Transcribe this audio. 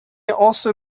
also